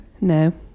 no